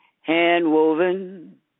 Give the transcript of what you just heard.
hand-woven